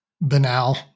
banal